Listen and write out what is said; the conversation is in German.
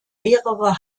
mehrere